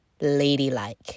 ladylike